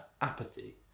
apathy